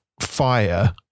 fire